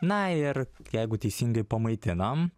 na ir jeigu teisingai pamaitinam